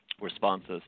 responses